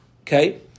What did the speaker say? okay